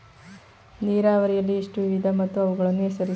ನೀರಾವರಿಯಲ್ಲಿ ಎಷ್ಟು ವಿಧ ಮತ್ತು ಅವುಗಳನ್ನು ಹೆಸರಿಸಿ?